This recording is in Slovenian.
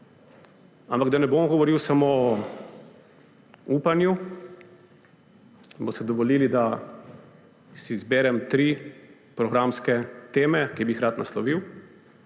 Ampak da ne bom govoril samo o upanju, boste dovolili, da si izberem tri programske teme, ki bi jih rad naslovil.